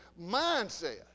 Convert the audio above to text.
mindset